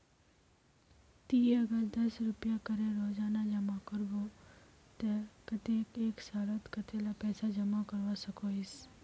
ती अगर दस रुपया करे रोजाना जमा करबो ते कतेक एक सालोत कतेला पैसा जमा करवा सकोहिस?